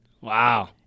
Wow